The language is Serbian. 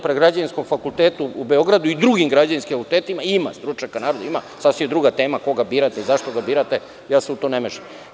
Pri Građevinskom fakultetu u Beogradu i drugim građevinskim fakultetima ima stručnjaka, sasvim je druga tema koga birate i zašto ga birate, ja se u to ne mešam.